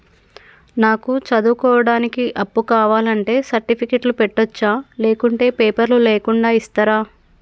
నాకు చదువుకోవడానికి అప్పు కావాలంటే సర్టిఫికెట్లు పెట్టొచ్చా లేకుంటే పేపర్లు లేకుండా ఇస్తరా?